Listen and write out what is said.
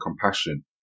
compassion